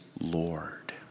Lord